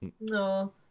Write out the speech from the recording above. No